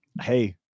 Hey